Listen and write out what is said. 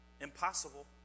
Impossible